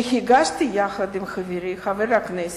שהגשתי יחד עם חברי חבר הכנסת,